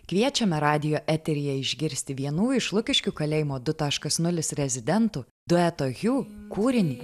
kviečiame radijo eteryje išgirsti vienų iš lukiškių kalėjimo du taškas nulis rezidentų dueto hiu kūrinį